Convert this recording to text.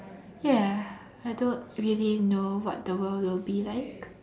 ya I don't really know what the world will be like